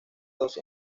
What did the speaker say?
dos